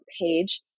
page